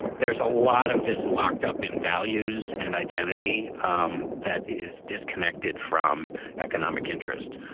there's a lot of this locked up in values and identity um that is disconnected from economic interests.